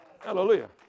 Hallelujah